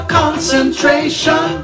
concentration